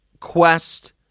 quest